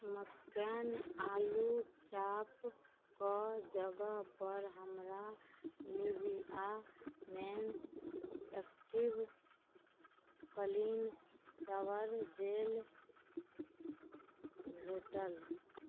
McCain आलू चापके जगहपर हमरा Nivea men active clean shower gel भेटल